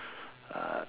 uh